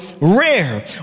rare